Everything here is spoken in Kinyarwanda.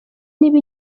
niba